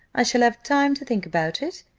i shall have time to think about it.